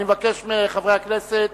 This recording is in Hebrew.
אני מבקש מחברי הכנסת